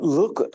look